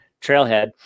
Trailhead